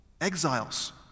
Exiles